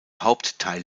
hauptteil